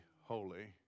holy